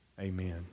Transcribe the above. Amen